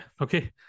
Okay